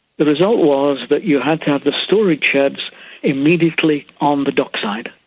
the result was that you had to have the storage sheds immediately on the dock side.